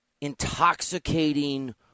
intoxicating—